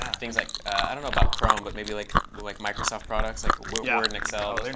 things like i don't know about chrome, but maybe like like microsoft products like word and excel.